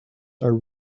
are